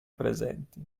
presenti